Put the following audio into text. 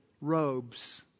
robes